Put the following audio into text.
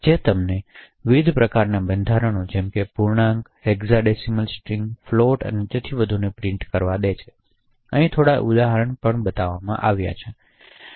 જે તમને વિવિધ પ્રકારનાં બંધારણો જેમ કે પૂર્ણાંકો હેક્સાડેસિમલ સ્ટ્રિંગ ફ્લોટ્સ અને તેથી વધુને પ્રિન્ટ કરવા દે છે તેથી અહીં થોડાં ઉદાહરણો અહીં બતાવ્યા પ્રમાણે છે